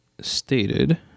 stated